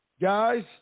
Guys